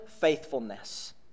faithfulness